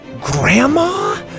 grandma